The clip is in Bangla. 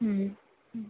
হুম হুম